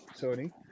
Tony